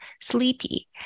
sleepy